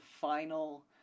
final